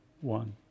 one